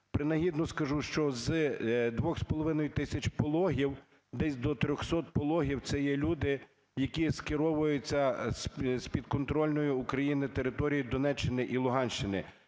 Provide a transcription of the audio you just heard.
Принагідно скажу, що з 2,5 тисяч пологів десь до 300 пологів це є люди, які скеровуються з підконтрольної Україні території Донеччини і Луганщини.